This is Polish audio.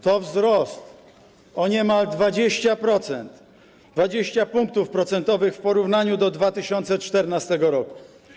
To wzrost o niemal 20%, 20 punktów procentowych w porównaniu z 2014 r.